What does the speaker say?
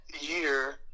year